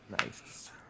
Nice